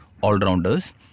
all-rounders